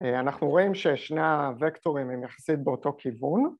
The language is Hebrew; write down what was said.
‫אנחנו רואים ששני הוקטורים ‫הם יחסית באותו כיוון.